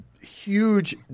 huge